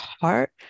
heart